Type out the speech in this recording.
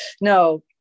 no